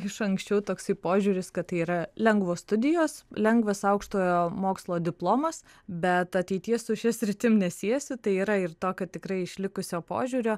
iš anksčiau toksai požiūris kad tai yra lengvos studijos lengvas aukštojo mokslo diplomas bet ateities su šia sritim nesiesiu tai yra ir tokio tikrai išlikusio požiūrio